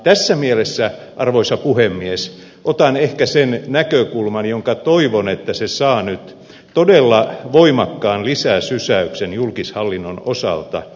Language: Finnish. tässä mielessä arvoisa puhemies otan ehkä sen näkökulman jonka toivon saavan nyt todella voimakkaan lisäsysäyksen julkishallinnon osalta